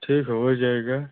ठीक है हो जाएगा